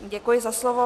Děkuji za slovo.